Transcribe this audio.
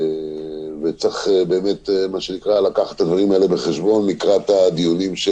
וצריך להביא את הדברים האלה בחשבון לקראת הדיונים של